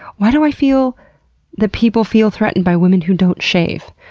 why do i feel that people feel threatened by women who don't shave?